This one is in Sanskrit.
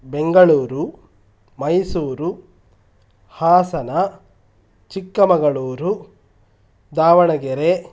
बेङ्गलूरू मैसूरू हासन चिक्कमङ्गलूरू दावणगेरे